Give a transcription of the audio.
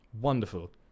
wonderful